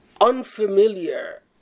unfamiliar